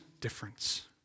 difference